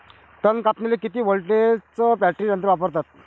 तन कापनीले किती व्होल्टचं बॅटरी यंत्र वापरतात?